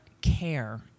care